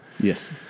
Yes